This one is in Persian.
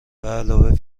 بعلاوه